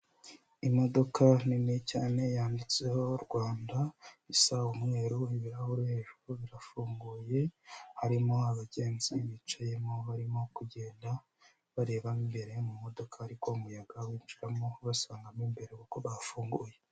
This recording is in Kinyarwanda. Imodoka nini cyane yanditseho Rwanda isa umweru ibirahuri hejuru birafunguye harimo abagenzi bicayemo barimo kugenda barebamo imbere mu modoka ariko umuyaga winjiramo ubasangamo imbere kuko bahafunguye.